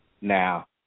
Now